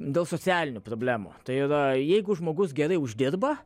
dėl socialinių problemų tai yra jeigu žmogus gerai uždirba